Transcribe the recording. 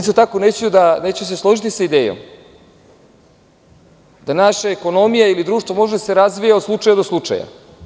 Isto tako neću se složiti sa idejom da naša ekonomija ili društvo može da se razvija od slučaja do slučaja.